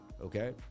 okay